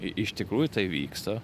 iš tikrųjų tai vyksta